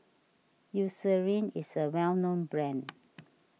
Eucerin is a well known brand